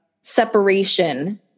separation